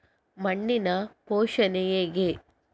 ಮಣ್ಣಿನ ಪೋಷಣೆ ಹೇಗೆ?